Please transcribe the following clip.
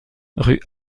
rue